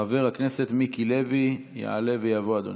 חבר הכנסת מיקי לוי יעלה ויבוא, אדוני.